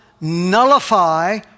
nullify